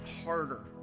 harder